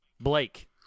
Blake